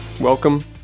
Welcome